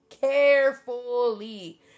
carefully